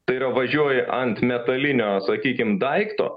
tai yra važiuoja ant metalinio sakykim daikto